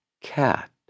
cat